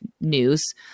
news